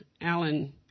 Alan